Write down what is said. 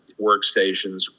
workstations